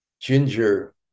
Ginger